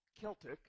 Celtic